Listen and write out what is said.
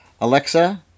Alexa